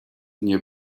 nie